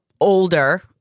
older